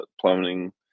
plummeting